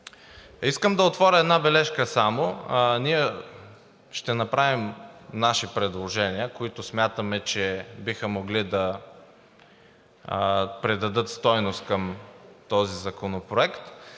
само да отворя една бележка. Ние ще направим наши предложения, които смятаме, че биха могли да придадат стойност към този законопроект.